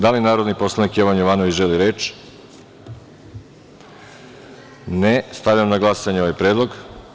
Da li narodni poslanik Jovan Jovanović želi reč? (Ne.) Stavljam na glasanje ovaj predlog.